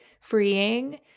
freeing